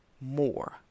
more